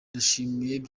ndashimira